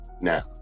now